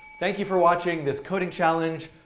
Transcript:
thank you for watching this coding challenge,